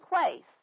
place